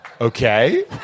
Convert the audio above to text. Okay